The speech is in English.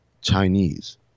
Chinese